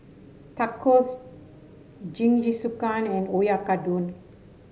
Tacos Jingisukan and Oyakodon